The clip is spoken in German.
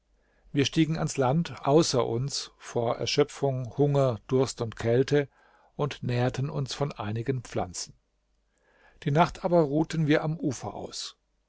wir stiegen ans land außer uns vor erschöpfung hunger durst und kälte und nährten uns von einigen pflanzen die nacht aber ruhten wir am ufer aus